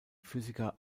physiker